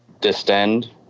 Distend